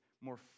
more